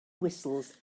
whistles